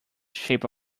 shape